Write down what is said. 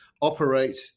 operate